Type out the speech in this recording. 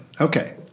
Okay